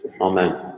Amen